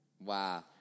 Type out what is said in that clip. Wow